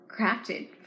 crafted